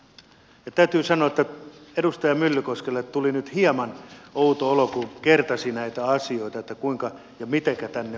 täytyy sanoa että edustaja myllykoskelle tuli nyt hieman outo olo kun kertasi näitä asioita kuinka ja mitenkä tänne on kirjattu